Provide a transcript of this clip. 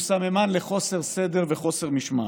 הוא סממן לחוסר סדר וחוסר משמעת,